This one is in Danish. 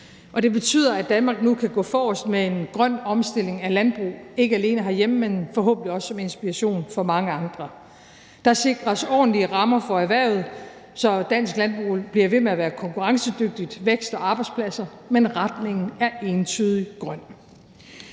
det betyder, at Danmark nu kan gå forrest med en grøn omstilling af landbrug, ikke alene herhjemme, men forhåbentlig også som inspiration for mange andre. Der sikres ordentlige rammer for erhvervet – så dansk landbrug bliver ved med at være konkurrencedygtigt – vækst og arbejdspladser, men retningen er entydig grøn.